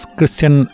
Christian